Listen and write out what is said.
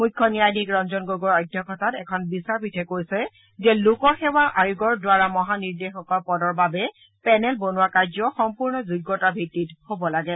মুখ্য ন্যায়াধীশ ৰঞ্জন গগৈৰ অধ্যক্ষতাত এক বিচাৰপীঠে কৈছে যে লোকসেৱা আয়োগৰ দ্বাৰা মহানিৰ্দেশকৰ পদৰ বাবে পেনেল বনোৱা কাৰ্য সম্পূৰ্ণ যোগ্যতাৰ ভিত্তিত হব লাগে